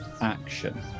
action